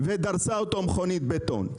ודרסה אותו משאית בטון.